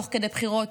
תוך כדי בחירות,